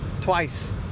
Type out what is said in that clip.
twice